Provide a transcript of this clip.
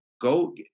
go